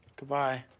goodbye.